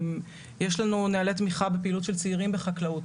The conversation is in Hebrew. יש לנו נהלי תמיכה בפעילות של צעירים בחקלאות.